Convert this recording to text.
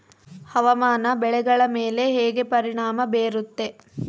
ಹವಾಮಾನ ಬೆಳೆಗಳ ಮೇಲೆ ಹೇಗೆ ಪರಿಣಾಮ ಬೇರುತ್ತೆ?